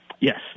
Yes